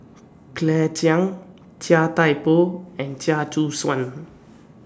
Claire Chiang Chia Thye Poh and Chia Choo Suan